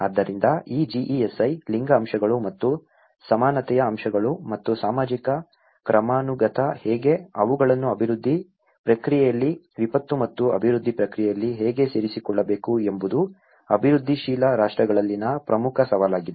ಆದ್ದರಿಂದ ಈ GESI ಲಿಂಗ ಅಂಶಗಳು ಮತ್ತು ಸಮಾನತೆಯ ಅಂಶಗಳು ಮತ್ತು ಸಾಮಾಜಿಕ ಕ್ರಮಾನುಗತ ಹೇಗೆ ಅವುಗಳನ್ನು ಅಭಿವೃದ್ಧಿ ಪ್ರಕ್ರಿಯೆಯಲ್ಲಿ ವಿಪತ್ತು ಮತ್ತು ಅಭಿವೃದ್ಧಿ ಪ್ರಕ್ರಿಯೆಯಲ್ಲಿ ಹೇಗೆ ಸೇರಿಸಿಕೊಳ್ಳಬೇಕು ಎಂಬುದು ಅಭಿವೃದ್ಧಿಶೀಲ ರಾಷ್ಟ್ರಗಳಲ್ಲಿನ ಪ್ರಮುಖ ಸವಾಲಾಗಿದೆ